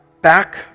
back